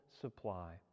supply